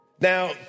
Now